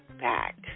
back